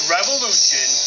Revolution